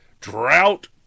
drought